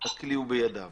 הכלי הוא בידיו.